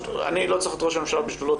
אני לא צריך את ראש הממשלה בשדולות,